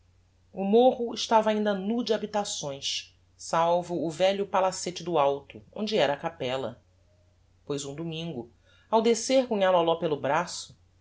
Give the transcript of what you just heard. o morro estava ainda nú de habitações salvo o velho palacete do alto onde era a capella pois um domingo ao descer com nhã loló pelo braço